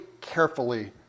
carefully